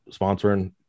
sponsoring